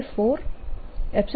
Energy Content120E 2120E02sin2k